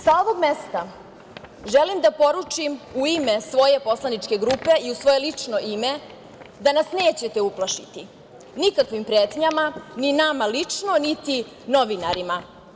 Sa ovog mesta želim da poručim u ime svoje poslaničke grupe i u svoje lično ime da nas nećete uplašiti nikakvim pretnjama, ni nama lično, niti novinarima.